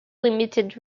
limited